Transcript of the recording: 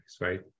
right